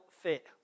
fit